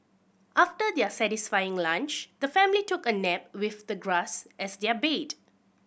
after their satisfying lunch the family took a nap with the grass as their bed